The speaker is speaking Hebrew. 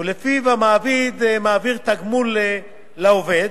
שלפיו המעביד מעביר תגמול לעובד,